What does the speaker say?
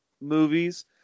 movies